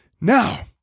Now